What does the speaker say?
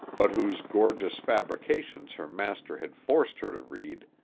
but whose gorgeous fabrications her master had forced her to read,